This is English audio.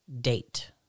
date